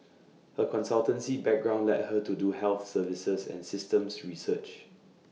her consultancy background led her to do health services and systems research